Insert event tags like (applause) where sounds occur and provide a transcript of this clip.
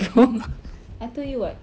(noise) I told you [what]